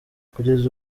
kugeza